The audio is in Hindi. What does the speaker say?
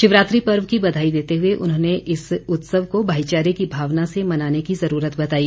शिवरात्रि पर्व की बधाई देते हुए उन्होंने इस उत्सव को भाईचारे की भावना से मनाने की ज़रूरत बताई